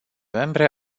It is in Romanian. membre